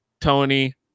Tony